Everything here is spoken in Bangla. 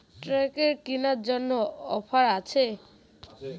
ট্রাক্টর কেনার জন্য অফার আছে?